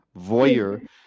voyeur